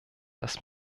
dass